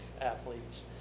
athletes